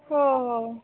हो हो